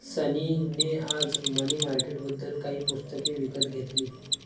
सनी ने आज मनी मार्केटबद्दल काही पुस्तके विकत घेतली